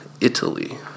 Italy